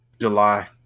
July